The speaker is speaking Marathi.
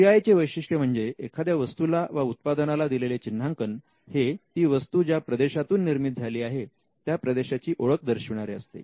जी आय् चे वैशिष्ट्य म्हणजे एखाद्या वस्तूला वा उत्पादनाला दिलेले चिन्हांकन हे ती वस्तू ज्या प्रदेशातून निर्मित झाली आहे त्या प्रदेशाची ओळख दर्शविणारे असते